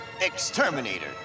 Exterminator